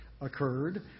occurred